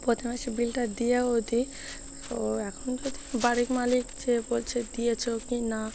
প্রতি মাসে বিলটা দিয়েও দিই তো এখন যদি বাড়ির মালিক যে বলছে দিয়েছ কি না